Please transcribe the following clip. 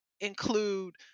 include